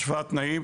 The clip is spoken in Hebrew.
השוואת תנאים,